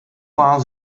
war